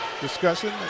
discussion